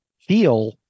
feel